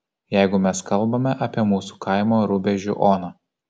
jeigu mes kalbame apie mūsų kaimo rubežių oną